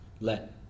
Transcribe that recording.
let